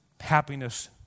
happiness